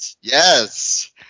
yes